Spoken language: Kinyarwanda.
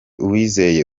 uwizeye